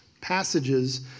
passages